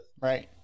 right